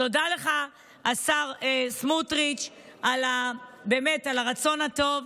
תודה לך, השר סמוטריץ', על הרצון הטוב.